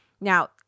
Now